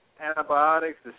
antibiotics